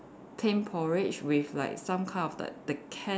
plain porridge with like some kind of the the can